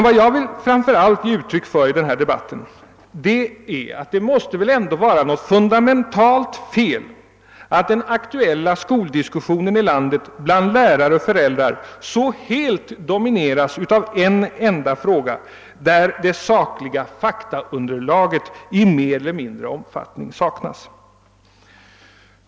Vad jag framför allt vill ge uttryck för i denna debatt är emellertid att det ändå måste vara något fundamentalt fel att den aktuella skoldiskussionen i landet bland lärare och föräldrar så helt domineras av en enda fråga, där det sakliga faktaunderlaget i större eller mindre omfattning saknas.